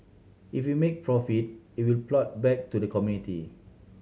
if you make profit it will plough back to the community